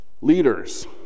leaders